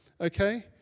okay